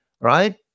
right